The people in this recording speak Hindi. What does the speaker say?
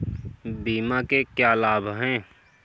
बीमा के क्या लाभ हैं?